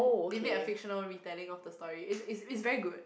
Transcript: they made a fictional retelling of the story is is is very good